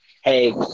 hey